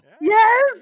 Yes